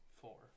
Four